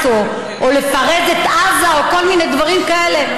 או לפרז את עזה או כל מיני דברים כאלה,